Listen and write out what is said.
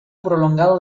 prolongado